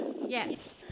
Yes